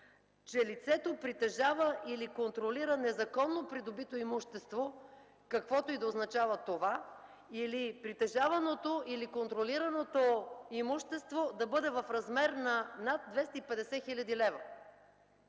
че лицето притежава или контролира незаконно придобито имущество, каквото и да означава това, или притежаваното, или контролираното имущество да бъде в размер на над 250 хил.